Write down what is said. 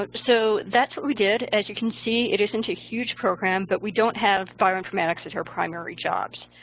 ah so that's what we did. as you can see it isn't a huge program, but we don't have bioinformatics as our primary jobs.